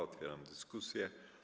Otwieram dyskusję.